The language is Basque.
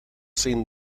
zein